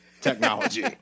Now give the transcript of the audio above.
technology